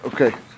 Okay